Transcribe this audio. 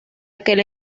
aquel